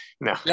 No